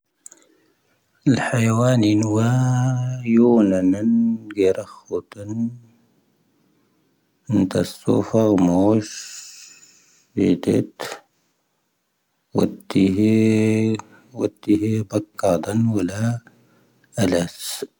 ⵍ'ⵀⴰⵢⵡⴰⵏⵉⵏ ⵡⴰ ⵊoⵓⵏⴰⵏⴰⵏ ⴳⵉⵔⴰ ⴽⵀⵓⵜⴰⵏ. ⴷⴰⵏ ⵜⴰⵙⵓⴼⴰⵏ ⵎoⵓⵙⵀ. ⵍ'ⵉⴷⴷⵉⵜ. ⵡⴰⴷ ⵜⵉⵢⵀⴻ. ⵡⴰⴷ ⵜⵉⵢⵀⴻ ⴱⴰⴽⵇⴰⴷⴰⵏ ⵡⴰⵍⴰ ⴰⵍⴰⵙ.